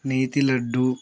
Neti laddu